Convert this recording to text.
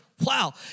Wow